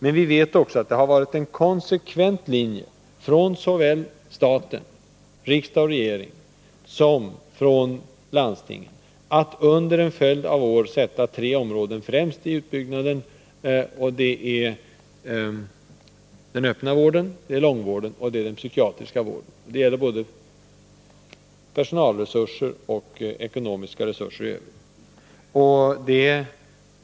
Men vi vet också att det har varit en konsekvent linje såväl från staten — riksdagen och regeringen — som från landstingen att under en följd av år sätta tre områden främst i utbyggnaden. Det är den öppna vården, långvården och den psykiatriska vården — det gäller både personalresurser och ekonomiska resurser i övrigt.